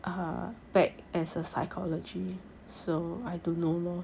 uh back as a psychology so I don't know lor